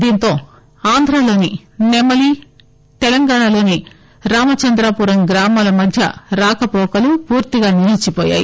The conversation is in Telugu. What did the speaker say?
దీంతో ఆంధ్రలోని సెమలి తెలంగాణలోని రామచంద్రాపురం గ్రామాల మధ్య రాకపొకలు పూర్తిగా నిల్చిపోయాయి